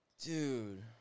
Dude